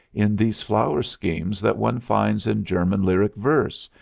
in these flower schemes that one finds in german lyric verse,